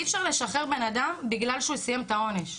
אי אפשר לשחרר אדם בגלל שהוא סיים את העונש.